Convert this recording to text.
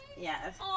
Yes